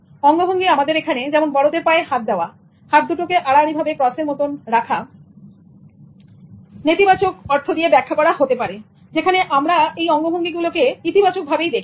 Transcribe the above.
অঙ্গভঙ্গি যেমন বড়দের পায়ে হাত দেওয়া হাত দুটোকে আড়াআড়িভাবে ক্রসের মতন রাখা নেতিবাচকঃ অর্থ দিয়ে ব্যাখ্যা করা হতে পারে যেখানে আমরা এই অঙ্গভঙ্গি গুলিকে ইতিবাচক ভাবেই দেখি